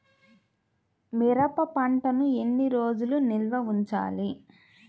మిరప పంటను ఎన్ని రోజులు నిల్వ ఉంచాలి?